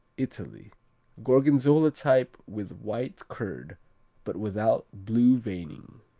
italy gorgonzola type with white curd but without blue veining.